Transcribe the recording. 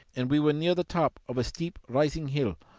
and we were near the top of a steep-rising hill,